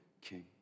king